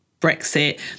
Brexit